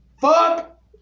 Fuck